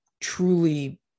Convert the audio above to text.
truly